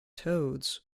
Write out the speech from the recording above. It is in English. toads